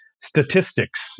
statistics